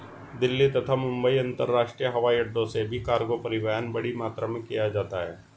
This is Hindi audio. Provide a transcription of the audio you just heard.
दिल्ली तथा मुंबई अंतरराष्ट्रीय हवाईअड्डो से भी कार्गो परिवहन बड़ी मात्रा में किया जाता है